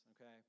okay